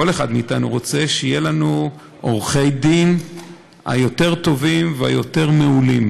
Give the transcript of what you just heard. כל אחד מאתנו רוצה שיהיו לנו עורכי דין יותר טובים ויותר מעולים.